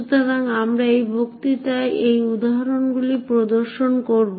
সুতরাং আমরা এই বক্তৃতায় এই উদাহরণগুলি প্রদর্শন করব